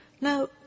Now